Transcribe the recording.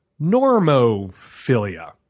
normophilia